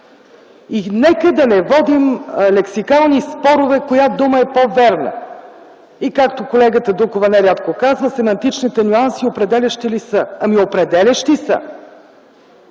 И нека да не водим лексикални спорове коя дума е по-вярна. И, както колегата Дукова нерядко казва: „Семантичните нюанси определящи ли са?”. Ами, определящи са.